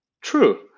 True